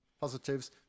positives